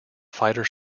fighter